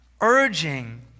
urging